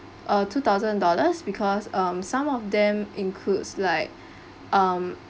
uh two thousand dollars because um some of them includes like um